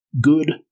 Good